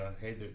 hey